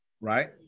Right